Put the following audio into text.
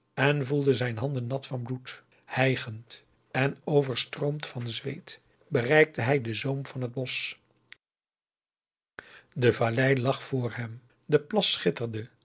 en voelde zijn handen nat van bloed hijgend en overstroomd van zweet bereikte hij den zoom van het bosch de vallei lag voor hem de plas schitterde